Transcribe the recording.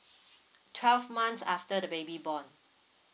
twelve months after the baby born